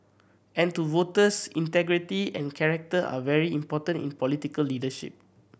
and to voters integrity and character are very important in political leadership